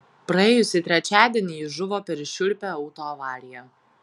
praėjusį trečiadienį ji žuvo per šiurpią autoavariją